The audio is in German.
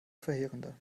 verheerender